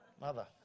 mother